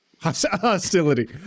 Hostility